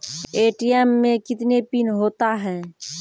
ATM मे कितने PIN होता हैं?